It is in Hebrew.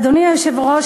אדוני היושב-ראש,